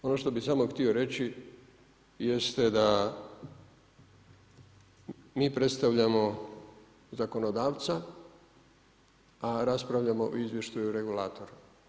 Ono što bi samo htio reći jeste da mi predstavljamo zakonodavca a raspravljamo o izvještaju regulatora.